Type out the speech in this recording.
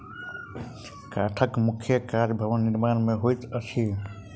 काठक मुख्य काज भवन निर्माण मे होइत अछि